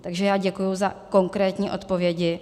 Takže já děkuji za konkrétní odpovědi.